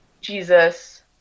Jesus